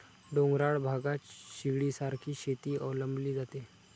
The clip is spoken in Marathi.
डोंगराळ भागात शिडीसारखी शेती अवलंबली जाते